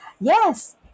Yes